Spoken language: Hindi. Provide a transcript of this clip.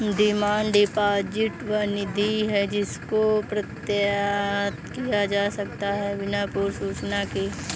डिमांड डिपॉजिट वह निधि है जिसको प्रत्याहृत किया जा सकता है बिना पूर्व सूचना के